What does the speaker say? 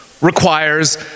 requires